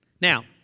Now